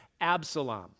Absalom